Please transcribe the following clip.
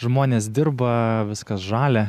žmonės dirba viskas žalia